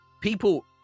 People